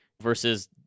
versus